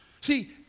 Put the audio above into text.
See